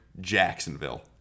Jacksonville